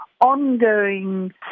ongoing